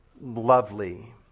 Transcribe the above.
lovely